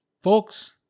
Folks